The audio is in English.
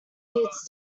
hits